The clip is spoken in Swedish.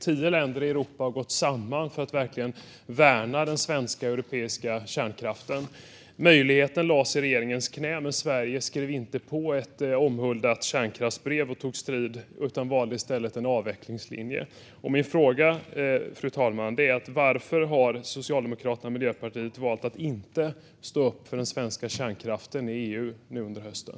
Tio länder i Europa har gått samman för att värna den svenska och europeiska kärnkraften. Möjligheten lades i regeringens knä, men Sverige skrev inte på ett omhuldat kärnkraftsbrev och tog strid utan valde i stället en avvecklingslinje. Min fråga, fru talman, är: Varför har Socialdemokraterna och Miljöpartiet valt att inte stå upp för den svenska kärnkraften i EU nu under hösten?